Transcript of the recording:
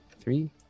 three